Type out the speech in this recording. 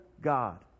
God